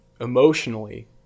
emotionally